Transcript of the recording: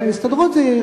הסתדרות.